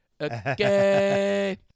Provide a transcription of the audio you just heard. Okay